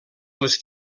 les